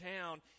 town